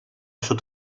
sud